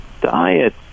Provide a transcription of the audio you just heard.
diet